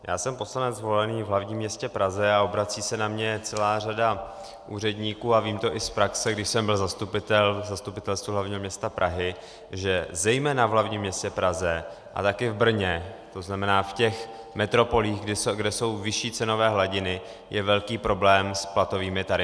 Já jsem poslanec zvolený v hlavním městě Praze a obrací se na mě celá řada úředníků a vím to i z praxe, když jsem byl zastupitel v Zastupitelstvu hlavního města Prahy, že zejména v hlavním městě Praze a také v Brně, to znamená v těch metropolích, kde jsou vyšší cenové hladiny, je velký problém s platovými tarify.